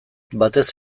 batez